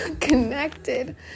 connected